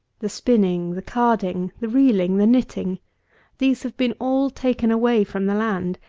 the spinning, the carding, the reeling, the knitting these have been all taken away from the land,